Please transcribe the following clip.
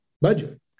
budget